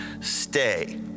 stay